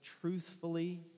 truthfully